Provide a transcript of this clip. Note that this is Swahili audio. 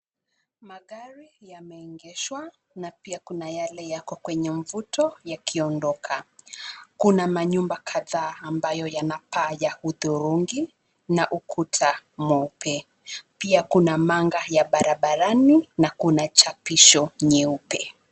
Magari yameengeshwa na pia kuna yale yako kwenye mvuto yakiondoka. Kuna manyumba kadhaa ambayo yana paa ya hudhurungi na ukuta mweupe. Pia kuna manga ya barabarani na kuna chapisho nyeupe.